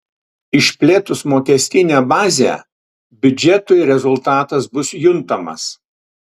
išplėtus mokestinę bazę biudžetui rezultatas bus juntamas